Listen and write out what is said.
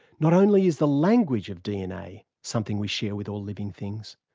not only is the language of dna something we share with all living things,